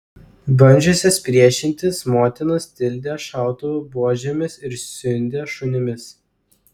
bandžiusias priešintis motinas tildė šautuvų buožėmis ir siundė šunimis